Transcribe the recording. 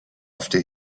after